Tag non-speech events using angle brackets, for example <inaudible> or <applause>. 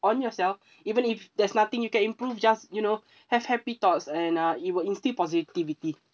on yourself <breath> even if there's nothing you can improve just you know have happy thoughts and uh it will instill positivity